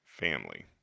family